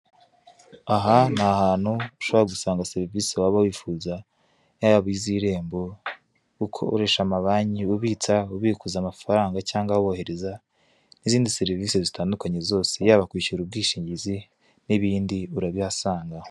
Aha ni ahantu ushaka gusanga serivise waba wifuza, yaba iz'irembo, ukoresha amabanki, ubitsa, ubikuza amafaranga cyangwa wohereza n'izindi serivise zitandukanye zose, yaba kwishyura ubwishingizi n'ibindi urabihasanga.